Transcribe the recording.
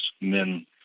men